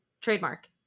trademark